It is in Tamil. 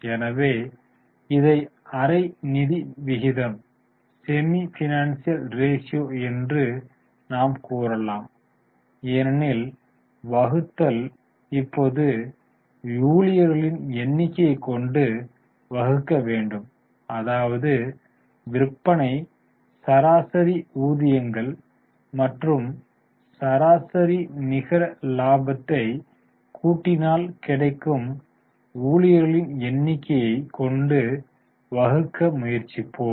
எனவே இதை அரை நிதி விகிதம் செமி பைனான்சியல் ரேஷியோ என்று நாம் கூறலாம் ஏனெனில் வகுத்தல் இப்போது ஊழியர்களின் எண்ணிக்கையை கொண்டு வகுக்க வேண்டும் அதாவது விற்பனை சராசரி ஊதியங்கள் மற்றும் சராசரி நிகர லாபத்தை கூட்டினால் கிடைக்கும் ஊழியர்களின் எண்ணிக்கையை கொண்டு வகுக்க முயற்சிப்போம்